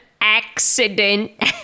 Accident